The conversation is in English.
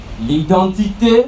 L'identité